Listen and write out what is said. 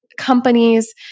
companies